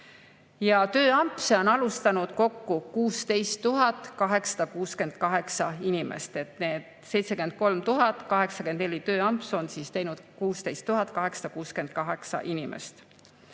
Tööampse on alustanud kokku 16 868 inimest: need 73 084 tööampsu on teinud 16 868 inimest.